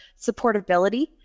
supportability